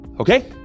Okay